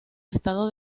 estado